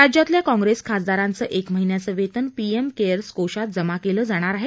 राज्यातल्या काँग्रेस खासदारांचं एक महिन्याचं वेतन पीएम केअर्स कोशात जमा केलं जाणार आहे